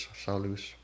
salus